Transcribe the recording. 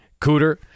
Cooter